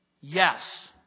Yes